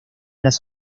las